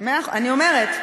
אני אומרת: